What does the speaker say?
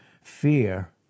fear